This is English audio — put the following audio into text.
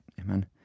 Amen